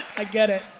i get it.